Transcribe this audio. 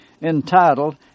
entitled